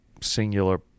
singular